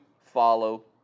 follow